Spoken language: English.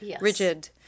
rigid